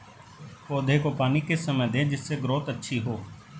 पौधे को पानी किस समय दें जिससे ग्रोथ अच्छी हो?